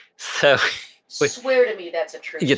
so so swear to me that's a true yeah